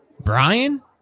Brian